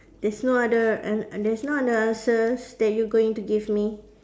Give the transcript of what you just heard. there's no other an~ an~ there's no other answers that you going to give me